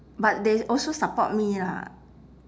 but they also support me lah